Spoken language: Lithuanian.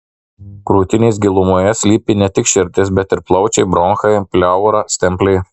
krūtinės gilumoje slypi ne tik širdis bet ir plaučiai bronchai pleura stemplė